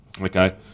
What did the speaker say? Okay